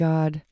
God